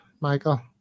Michael